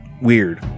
weird